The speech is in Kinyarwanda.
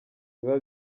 biba